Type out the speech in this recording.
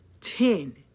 Ten